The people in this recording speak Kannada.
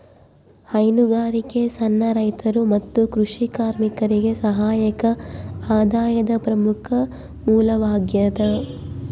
ಹೈನುಗಾರಿಕೆ ಸಣ್ಣ ರೈತರು ಮತ್ತು ಕೃಷಿ ಕಾರ್ಮಿಕರಿಗೆ ಸಹಾಯಕ ಆದಾಯದ ಪ್ರಮುಖ ಮೂಲವಾಗ್ಯದ